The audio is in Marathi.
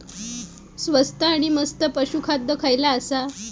स्वस्त आणि मस्त पशू खाद्य खयला आसा?